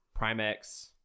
Primex